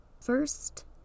First